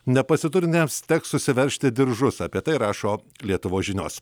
nepasiturintiems teks susiveržti diržus apie tai rašo lietuvos žinios